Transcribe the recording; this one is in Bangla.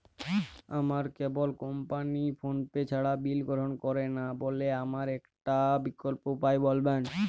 আমার কেবল কোম্পানী ফোনপে ছাড়া বিল গ্রহণ করে না বলে আমার একটা বিকল্প উপায় বলবেন?